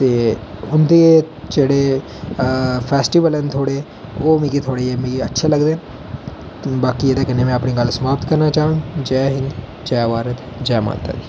ते उं'दे जेहडे फेस्टीबल न थोह्ड़े ओह् मिगी थोहेड़े जेह् मिं अच्छे लगदे न बाकी एहदे कन्नै में अपनी गल्ल समाप्त करना चांह्ग जय हिंद जय भारत जय माता दी